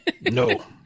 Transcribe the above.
No